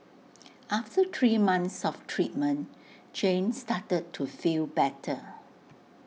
after three months of treatment Jane started to feel better